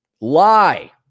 Lie